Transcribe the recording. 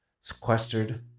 sequestered